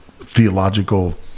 theological